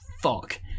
fuck